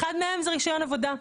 אחד מהם, זה רישיון עבודה.